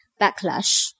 backlash